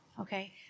Okay